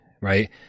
right